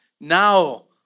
now